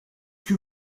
que